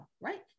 right